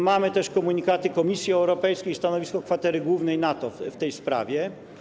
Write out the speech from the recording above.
Mamy też komunikaty Komisji Europejskiej oraz stanowisko Kwatery Głównej NATO w tej sprawie.